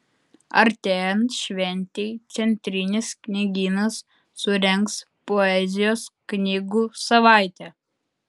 artėjant šventei centrinis knygynas surengs poezijos knygų savaitę